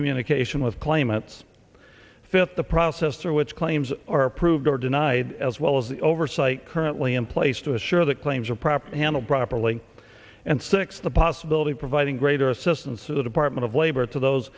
communication with claimants fit the process or which claims are approved or denied as well as the oversight currently in place to assure that claims are proper handled properly and six the possibility providing greater assistance to the department of labor to those